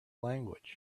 language